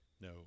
No